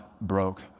broke